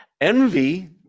Envy